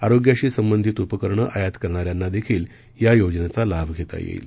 आरोग्याशी संबंधीत उपकरणं आयात करणाऱ्यांना देखील या योजनेचा लाभ घेता येईल